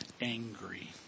angry